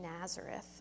Nazareth